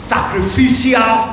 Sacrificial